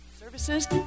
Services